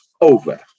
over